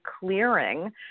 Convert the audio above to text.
Clearing